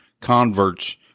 converts